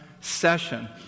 session